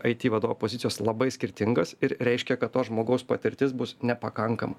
aiti vado pozicijos labai skirtingas ir reiškia kad to žmogaus patirtis bus nepakankama